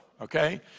okay